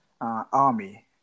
army